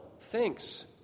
thinks